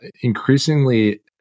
increasingly